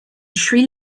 sri